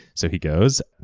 so he goes.